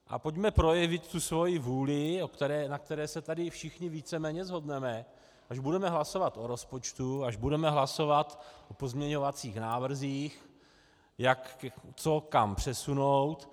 A pojďme projevit tu svoji vůli, na které se tady všichni víceméně shodneme, až budeme hlasovat o rozpočtu, až budeme hlasovat o pozměňovacích návrzích, co kam přesunout.